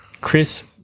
Chris